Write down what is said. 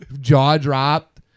jaw-dropped